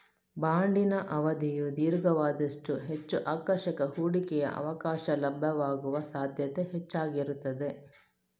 ಬಾಂಡಿನ ಅವಧಿಯು ದೀರ್ಘವಾದಷ್ಟೂ ಹೆಚ್ಚು ಆಕರ್ಷಕ ಹೂಡಿಕೆಯ ಅವಕಾಶ ಲಭ್ಯವಾಗುವ ಸಾಧ್ಯತೆ ಹೆಚ್ಚಾಗಿರುತ್ತದೆ